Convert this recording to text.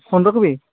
phone ରଖବି